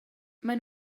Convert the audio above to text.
maen